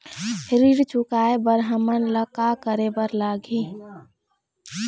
ऋण चुकाए बर हमन ला का करे बर लगही?